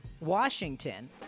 Washington